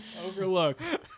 Overlooked